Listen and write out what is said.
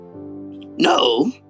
No